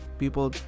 people